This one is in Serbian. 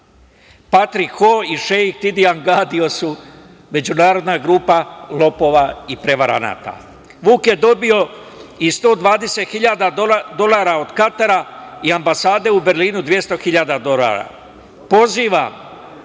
Patrik Ho i šeik Tidian Gadio su međunarodna grupa lopova i prevaranata. Vuk je dobio i 120.000 dolara od Katara i ambasade u Berlinu 200.000 dolara. Pozivam